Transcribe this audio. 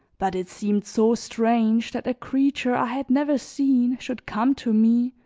but it seemed so strange that a creature i had never seen should come to me,